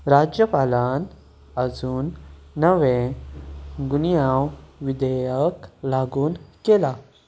राज्यपालांत आजून नवें गुन्यांव विधेयक लागू केलां